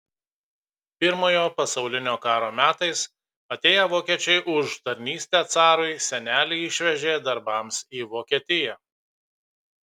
pirmojo pasaulinio karo metais atėję vokiečiai už tarnystę carui senelį išvežė darbams į vokietiją